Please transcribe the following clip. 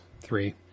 Three